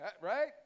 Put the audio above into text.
Right